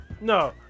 No